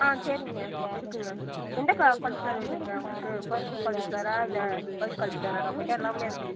on சரிங்க இருக்குங்க எந்த கா காளிஃப்ளவர் வேணும்ங்க உங்களுக்கு பச்சை காளிஃப்ளவர்ரா இல்லை ஒய்ட் காளிஃப்ளவர்ரா நம்மள்கிட்ட எல்லாமே இருக்கு